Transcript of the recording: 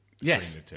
Yes